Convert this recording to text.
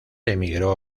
emigró